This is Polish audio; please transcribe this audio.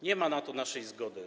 Nie ma na to naszej zgody.